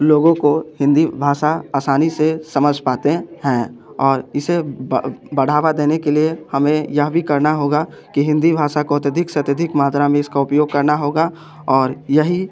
लोगों को हिंदी भाषा असानी से समझ पाते हैं और इसे बढ़ावा देने के लिए हमें यह भी करना होगा कि हिंदी भाषा को अत्यधिक से अत्यधिक मात्रा में इसका उपयोग करना होगा और यही